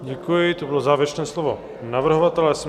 Děkuji, to bylo závěrečné slovo navrhovatele.